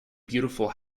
beautiful